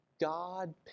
God